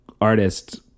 artist